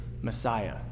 Messiah